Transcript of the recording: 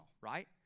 right